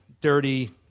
dirty